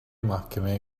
mahkemeye